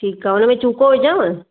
ठीक आ हुन में चूको विझांव